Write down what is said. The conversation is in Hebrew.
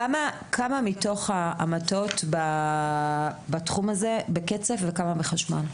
כמה מתוך ההמתות בתחום הזה בקצף וכמה בחשמל?